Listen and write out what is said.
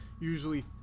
usually